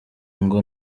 ngo